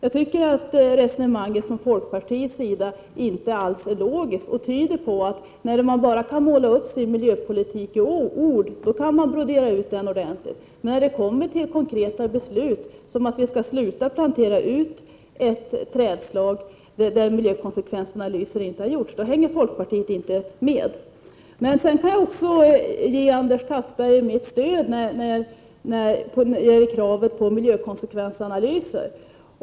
Folkpartiets resonemang är inte alls logiskt. När man bara kan visa upp sin miljöpolitik i ord kan man brodera ordentligt. När det kommer till konkreta beslut, som att vi skall sluta plantera ut ett trädslag för vilket miljökonsekvensanalyser inte har gjorts, hänger folkpartiet inte med. Jag kan ge Anders Castberger mitt stöd när det gäller kravet på miljökonsekvensanalyser.